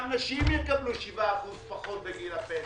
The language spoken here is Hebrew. גם נשים יקבלו 7% פחות בגיל הפנסיה.